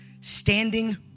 standing